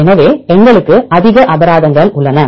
எனவே எங்களுக்கு அதிக அபராதங்கள் உள்ளன